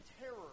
terror